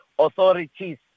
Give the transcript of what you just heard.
authorities